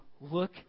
look